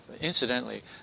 Incidentally